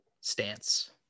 stance